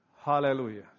Hallelujah